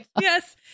Yes